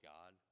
God